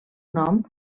nom